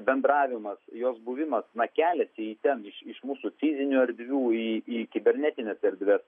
bendravimas jos buvimas na keliasi į ten iš mūsų fizinių erdvių į į kibernetines erdves